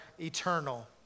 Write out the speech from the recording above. eternal